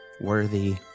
worthy